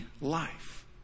life